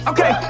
Okay